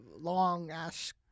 long-ass